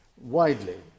widely